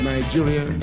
Nigeria